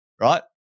right